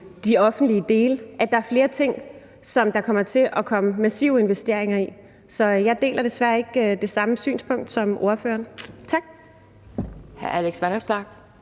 de offentlige dele, og at der er flere ting, der kommer til at komme massive investeringer i. Så jeg deler desværre ikke ordførerens synspunkt. Tak.